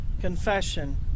confession